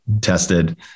tested